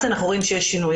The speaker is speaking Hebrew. אז אנחנו רואים שיש שינוי.